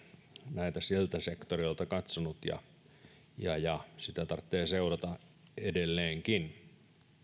näitä siltä sektorilta katsonut ja ja sitä tarvitsee seurata edelleenkin